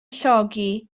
llogi